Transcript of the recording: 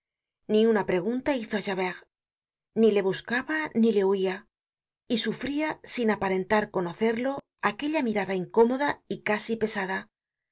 ni una pregunta hizo á javert ni le buscaba ni le huia ysufria sin aparentar conocerlo aquella mirada incómoda y casi pesada